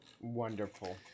wonderful